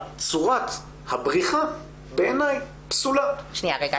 צורת הבריחה בעיניי בריחה.